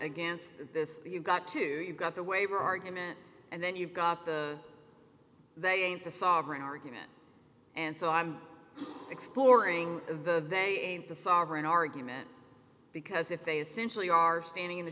against this you've got to you've got the waiver argument and then you've got the they ain't the sovereign argument and so i'm exploring the they ain't the sovereign argument because if they essentially are standing in the